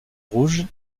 rouge